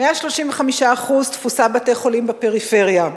135% תפוסה בבתי-חולים בפריפריה,